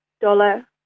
Dollar